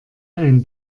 ein